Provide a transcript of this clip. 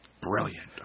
Brilliant